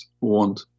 want